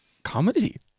comedy